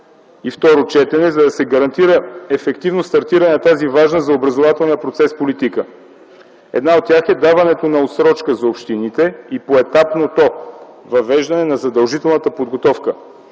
и второ четене, за да се гарантира ефективно стартиране на тази важна за образователния процес политика. Една от тях е даването на отсрочка за общините и поетапното въвеждане на задължителната подготовка